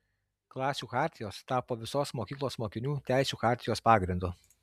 klasių chartijos tapo visos mokyklos mokinių teisių chartijos pagrindu